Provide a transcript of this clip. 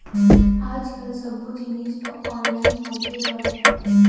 आज कल सब्बो जिनिस तो ऑनलाइन होगे हवय